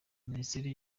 minisiteri